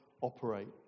operate